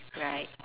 right